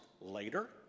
later